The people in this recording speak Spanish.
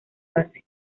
base